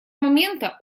момента